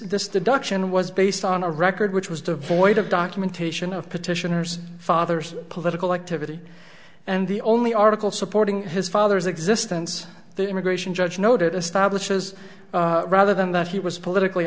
this deduction was based on a record which was devoid of documentation of petitioners father's political activity and the only article supporting his father's existence the immigration judge noted establishes rather than that he was politically